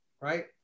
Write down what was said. Right